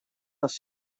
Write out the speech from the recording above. les